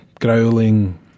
growling